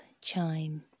chime